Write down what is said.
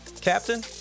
Captain